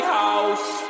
house